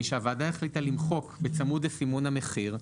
משהוועדה החליטה למחוק את: בצמוד לסימון המחיר,